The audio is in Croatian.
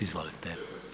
Izvolite.